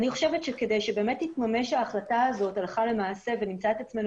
כדי שההחלטה הזאת תתממש הלכה למעשה ונמצא את עצמנו